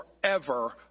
forever